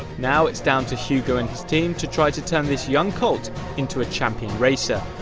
now it's down to hugo and his team to try to turn this young colt into a champion racer.